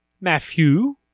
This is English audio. Matthew